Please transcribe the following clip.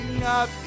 up